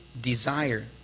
desire